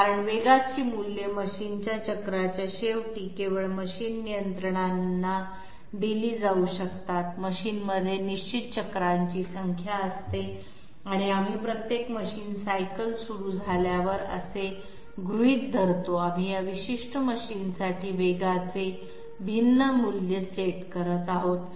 कारण वेगाची मूल्ये मशीनच्या चक्राच्या शेवटी केवळ मशीन नियंत्रणांना दिली जाऊ शकतात मशीनमध्ये निश्चित चक्रांची संख्या असते आणि आपण प्रत्येक मशीन सायकल सुरू झाल्यावर असे गृहीत धरतो आपण त्या विशिष्ट मशीनसाठी वेगाचे भिन्न मूल्य सेट करत आहोत